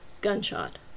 gunshot